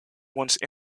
once